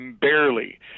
barely